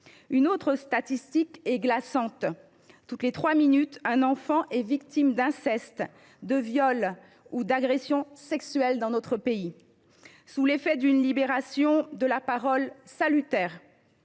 Une autre statistique est glaçante : toutes les trois minutes, un enfant est victime d’inceste, de viol ou d’agression sexuelle dans notre pays. Sous l’effet d’une libération salutaire